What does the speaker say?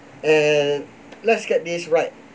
and let's get this right